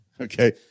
Okay